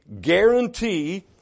guarantee